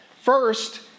First